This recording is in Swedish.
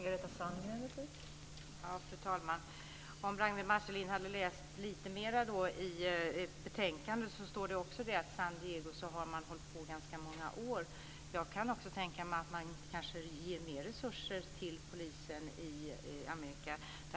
Fru talman! Om Ragnwi Marcelind hade läst lite mer i betänkandet hade hon funnit att det där står att man i San Diego har arbetat på detta sätt i ganska många år. Jag kan också tänka mig att man i USA kanske ger mer resurser till polisen.